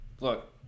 look